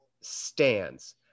stands